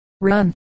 Run